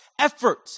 effort